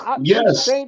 Yes